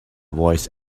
voice